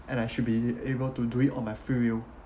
and I should be able to do it on my free will